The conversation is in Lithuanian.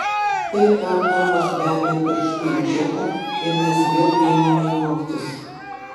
tai tardamas bedė pirštu į džeką ir mes vėl ėmėme juoktis